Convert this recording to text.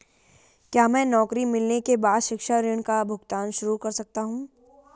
क्या मैं नौकरी मिलने के बाद शिक्षा ऋण का भुगतान शुरू कर सकता हूँ?